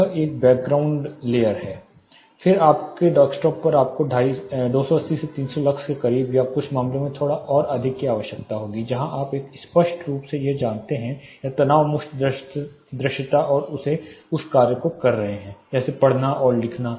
यह एक background layer है फिर आपके डेस्कटॉप पर आपको 280 से 300 लक्स के करीब या कुछ मामलों में थोड़ा और अधिक की आवश्यकता होगी जहाँ आप एक स्पष्ट रूप से जानते हैं या एक तनाव मुक्त दृश्यता और उस कार्य को कर रहे हैं जैसे पढ़ना और लिखना